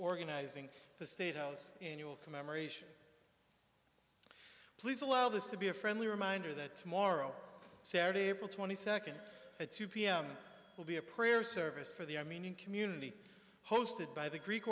organizing the state house annual commemoration please allow this to be a friendly reminder that tomorrow saturday april twenty second at two pm will be a prayer service for the armenian community hosted by the greek